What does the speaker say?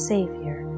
Savior